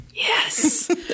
Yes